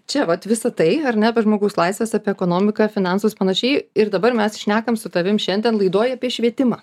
čia vat visa tai ar ne apie žmogaus laisves apie ekonomiką finansus panašiai ir dabar mes šnekam su tavim šiandien laidoj apie švietimą